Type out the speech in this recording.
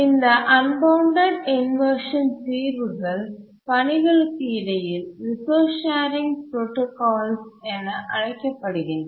இந்த unbounded priority inversion தீர்வுகள் பணிகளுக்கு இடையில் ரிசோர்ஸ் ஷேரிங் புரோடாகால்ஸ் என அழைக்கப்படுகின்றன